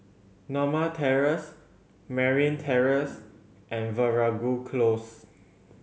Norma Terrace Merryn Terrace and Veeragoo Close